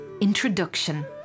Introduction